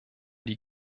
die